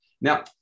Now